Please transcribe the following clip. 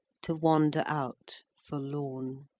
to wander out forlorn.